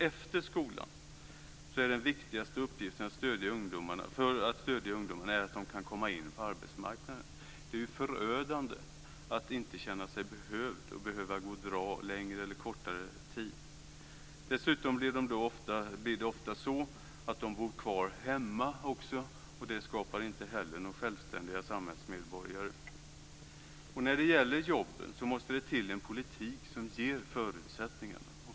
Efter skolan är den viktigaste uppgiften för att stödja ungdomarna att de kan komma in på arbetsmarknaden. Det är förödande att inte känna sig behövd och vara tvungen att gå och dra längre eller kortare tid. Dessutom blir det ofta så att de bor kvar hemma, och inte heller det skapar några självständiga samhällsmedborgare. När det gäller jobben måste det till en politik som ger förutsättningarna.